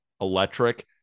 electric